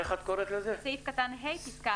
אין סעיף קטן (ה) פסקה